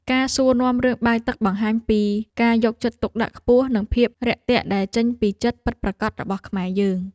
ការសួរនាំរឿងបាយទឹកបង្ហាញពីការយកចិត្តទុកដាក់ខ្ពស់ និងភាពរាក់ទាក់ដែលចេញពីចិត្តពិតប្រាកដរបស់ខ្មែរយើង។